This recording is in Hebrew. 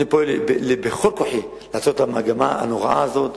אני פועל בכל כוחי לעצור את המגמה הנוראה הזאת.